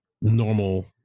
normal